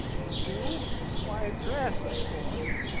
do why dress, of course!